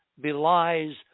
belies